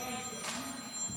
חבריי חברי הכנסת,